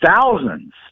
thousands